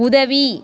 உதவி